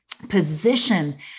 Position